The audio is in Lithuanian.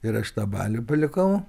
ir aš tą balių palikau